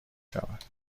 شود